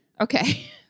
Okay